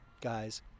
guys